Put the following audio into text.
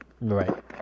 Right